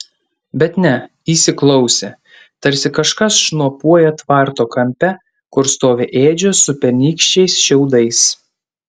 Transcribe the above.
bet ne įsiklausė tarsi kažkas šnopuoja tvarto kampe kur stovi ėdžios su pernykščiais šiaudais